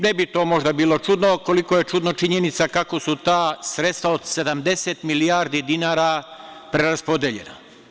Ne bi to možda bilo čudno koliko je čudna činjenica kako su ta sredstva od 70 milijardi dinara preraspodeljena.